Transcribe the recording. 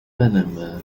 panama